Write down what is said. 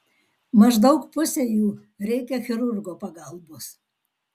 maždaug pusei jų reikia chirurgo pagalbos